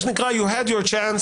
מה שנקרא: you had your chance,